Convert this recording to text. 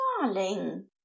Darling